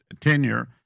tenure